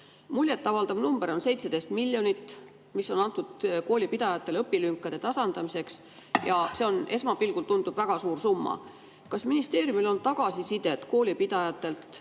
Muljet avaldav number on 17 miljonit, mis on antud koolipidajatele õpilünkade tasandamiseks, ja see tundub esmapilgul väga suure summana. Kas ministeeriumil on tagasisidet koolipidajatelt,